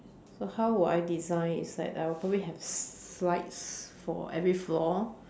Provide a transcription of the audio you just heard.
so how would I design is like I probably have slides for every floor